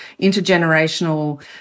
intergenerational